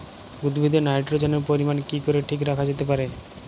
উদ্ভিদে নাইট্রোজেনের পরিমাণ কি করে ঠিক রাখা যেতে পারে?